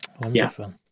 Wonderful